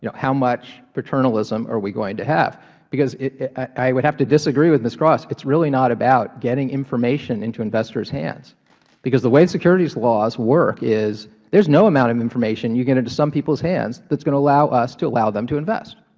you know how much paternalism are we going to have because it's i would have to disagree with ms. cross. it's really not about getting information into investors' hands because the way securities laws work is there's no amount of information you get into some people's hands that's going to allow us to allow them to invest.